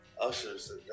Usher's